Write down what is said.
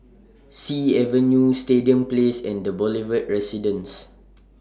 Sea Avenue Stadium Place and The Boulevard Residence